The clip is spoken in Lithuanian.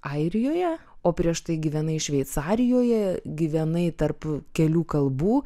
airijoje o prieš tai gyvenai šveicarijoje gyvenai tarp kelių kalbų